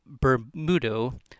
Bermudo